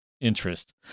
interest